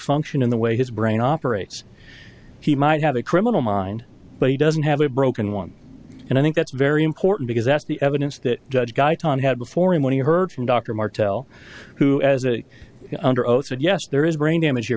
function in the way his brain operates he might have a criminal mind but he doesn't have a broken one and i think that's very important because that's the evidence that judge gaetan had before him when he heard from dr martell who as a under oath said yes there is brain damage